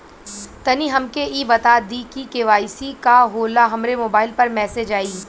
तनि हमके इ बता दीं की के.वाइ.सी का होला हमरे मोबाइल पर मैसेज आई?